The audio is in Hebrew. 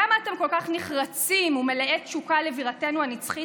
למה אתם כל כך נחרצים ומלאי תשוקה לבירתנו הנצחית